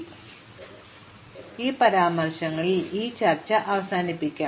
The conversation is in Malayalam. അതിനാൽ ചരിത്രപരമായ ചില പരാമർശങ്ങളിൽ ഈ ചർച്ച അവസാനിപ്പിക്കാം